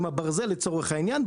אם הברזל לצורך העניין,